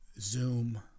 Zoom